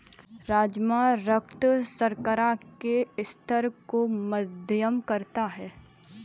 राजमा रक्त शर्करा के स्तर को मध्यम करता है